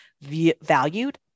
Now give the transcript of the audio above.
valued